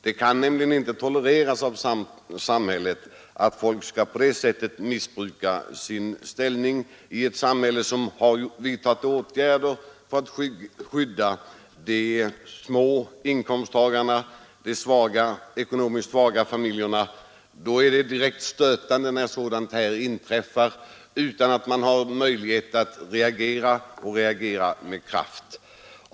Det kan inte tolereras att vissa personer missbrukar sin ställning i ett samhälle som har vidtagit åtgärder för att skydda de små inkomsttagarna, de ekonomiskt svaga familjerna; det är direkt stötande när sådant inträffar utan att man har möjlighet att reagera med kraft.